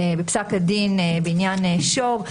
בפסק הדין בעניין שור,